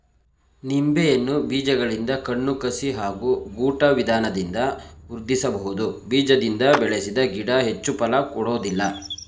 ನಿಂಬೆಯನ್ನು ಬೀಜಗಳಿಂದ ಕಣ್ಣು ಕಸಿ ಹಾಗೂ ಗೂಟ ವಿಧಾನದಿಂದ ವೃದ್ಧಿಸಬಹುದು ಬೀಜದಿಂದ ಬೆಳೆಸಿದ ಗಿಡ ಹೆಚ್ಚು ಫಲ ಕೊಡೋದಿಲ್ಲ